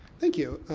thank you,